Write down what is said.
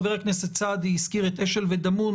חבר הכנסת סעדי הזכיר את אשל ודמון,